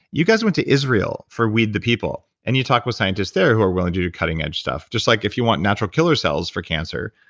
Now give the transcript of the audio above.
you guys went to israel for weed the people, and you talk with scientists there who are willing to do cutting-edge stuff, just like if you want natural killer cells for cancer,